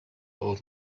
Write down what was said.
old